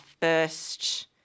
first